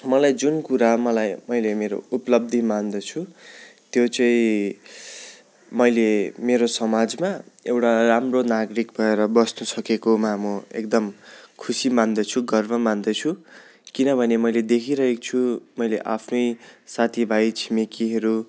मलाई जुन कुरा मलाई मैले मेरो उपलब्धि मान्दछु त्यो चाहिँ मैले मेरो समाजमा एउटा राम्रो नागरिक भएर बस्नु सकेकोमा म एकदम खुसी मान्दछु गर्व मान्दछु किनभने मैले देखिरहेको छु मैले आफ्नै साथीभाइ छिमेकीहरू